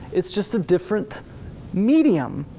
it's just a different medium.